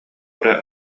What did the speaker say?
эрэ